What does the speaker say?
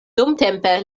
dumtempe